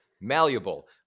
malleable